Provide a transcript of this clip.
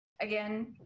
Again